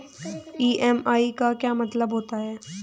EMI का क्या मतलब होता है?